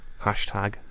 Hashtag